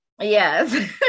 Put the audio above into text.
Yes